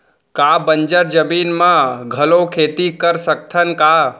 का बंजर जमीन म घलो खेती कर सकथन का?